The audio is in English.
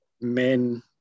men